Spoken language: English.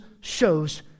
shows